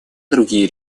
другие